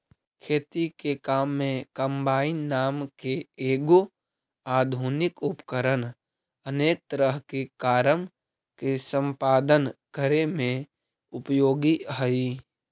खेती के काम में कम्बाइन नाम के एगो आधुनिक उपकरण अनेक तरह के कारम के सम्पादन करे में उपयोगी हई